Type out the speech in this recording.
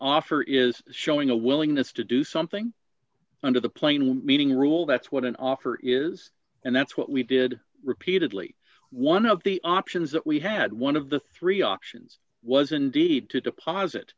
offer is showing a willingness to do something under the plane one dollar meaning rule that's what an offer is and that's what we did repeatedly one of the options that we had one of the three options was indeed to deposit